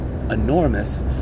enormous